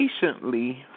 patiently